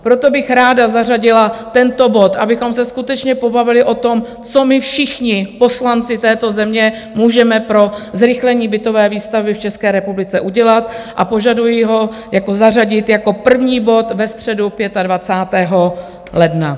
Proto bych ráda zařadila tento bod, abychom se skutečně pobavili o tom, co my všichni poslanci této země můžeme pro zrychlení bytové výstavby v České republice udělat, a požaduji ho zařadit jako první bod ve středu 25. ledna.